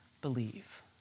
believe